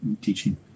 teaching